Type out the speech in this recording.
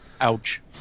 Ouch